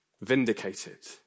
vindicated